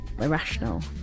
irrational